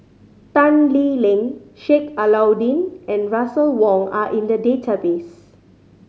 Tan Lee Leng Sheik Alau'ddin and Russel Wong are in the database